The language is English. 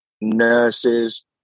nurses